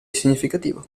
significativo